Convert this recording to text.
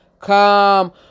come